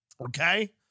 okay